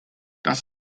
das